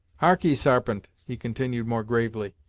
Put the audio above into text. harkee, sarpent, he continued more gravely,